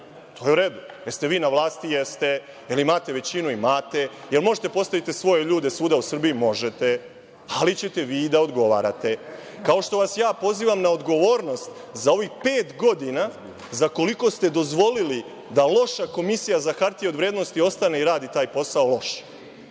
To je u redu. Jeste vi na vlasti? Jeste. Da li imate većinu? Imate. Da li možete da postavite svoje ljude svuda u Srbiji? Možete. Ali, ćete vi i da odgovarate. Kao što vas ja pozivam na odgovornost za ovih pet godina za koliko ste dozvolili da loša Komisija za hartije od vrednosti ostane i rade taj posao loše,